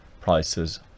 prices